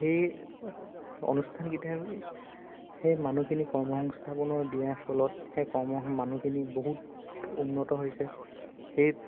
সেই অনুষ্ঠানকেইটাই সেই মানুহখিনি কৰ্মসংস্থাপনৰ দিয়াৰ ফলত সেই কৰ্ম মানুহখিনি বহুত উন্নত হৈছে সেই